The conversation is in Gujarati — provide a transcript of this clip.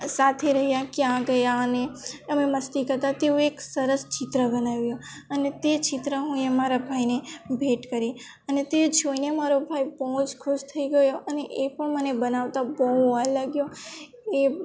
સાથે રહ્યા ક્યાં ગયા અને અમે મસ્તી કરતા તેવું એક સરસ ચિત્ર બનાવ્યું અને તે ચિત્ર હું એ મારા ભાઈને ભેટ કરી અને તે જોઈને મારો ભાઈ બહુ જ ખુશ થઈ ગયો અને એ પણ મને બનાવતો બહુ વાર લાગ્યો એ